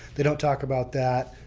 they don't talk about that.